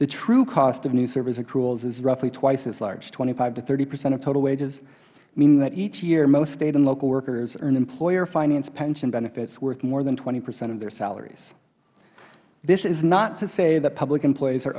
the true cost of these service accruals is roughly twice as large twenty five to thirty percent of total wages meaning that each year most state and local workers earn employee financed pension benefits worth more than twenty percent of their salaries this is not to say that public employees are